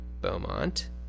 Beaumont